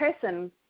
person